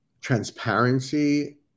transparency